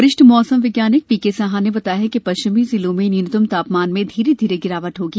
वरिष्ठ मौसम वैज्ञानिक पीके साहा ने बताया कि पश्चिमी जिलों में न्यूनतम तापमान में धीरे धीरे गिरावट होगी